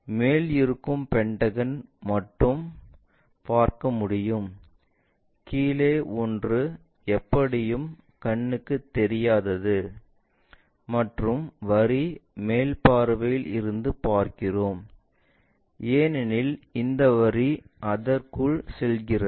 மேல் இருக்கும் பென்டகன் மட்டும் பார்க்க முடியும் கீழே ஒன்று எப்படியும் கண்ணுக்கு தெரியாதது மற்றும் வரி மேலே பார்வையில் இருந்து பார்க்கிறோம் ஏனெனில் இந்த வரி அதற்குள் செல்கிறது